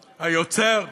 היוצר,